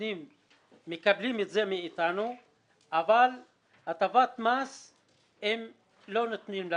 מקבלים מאתנו אבל הטבת מס לא נותנים.